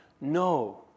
no